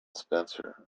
spencer